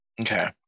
Okay